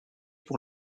pour